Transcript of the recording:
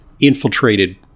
infiltrated